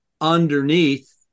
underneath